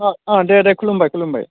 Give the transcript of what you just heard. दे दे खुलुमबाय खुलुमबाय